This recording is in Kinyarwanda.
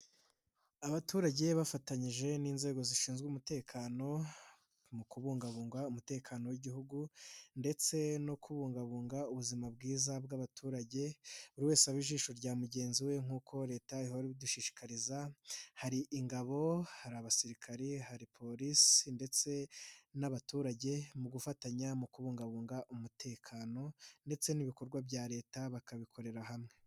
Abaturage bafatanyije n'inzego zishinzwe umutekano mu kubungabunga umutekano w'Igihugu ndetse no kubungabunga ubuzima bwiza bw'abaturage, buri wese abe ijisho rya mugenzi we nk'uko Leta ihora ibidushishikariza, hari ingabo, hari abasirikare hari Polisi ndetse n'abaturage mu gufatanya mu kubungabunga umutekano ndetse n'ibikorwa bya Leta bakabikorera hamwe.